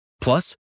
Plus